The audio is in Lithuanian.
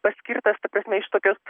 paskirtas ta prasme iš tokios